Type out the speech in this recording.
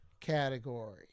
category